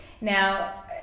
Now